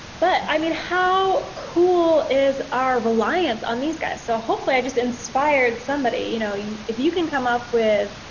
but i mean how cool is our reliance on these guys. so hopefully i just inspired somebody. you know if you can come up with,